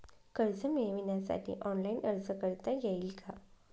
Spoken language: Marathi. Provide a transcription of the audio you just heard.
कर्ज मिळविण्यासाठी ऑनलाइन अर्ज करता येईल का?